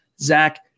Zach